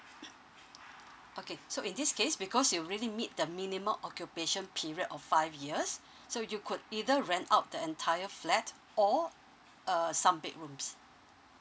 okay so in this case because you already meet the minimum occupation period of five years so you could either rent out the entire flat or uh some bedrooms